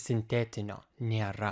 sintetinio nėra